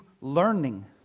learning